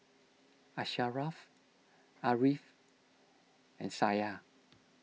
Asharaff Ariff and Syah